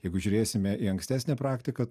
jeigu žiūrėsime į ankstesnę praktiką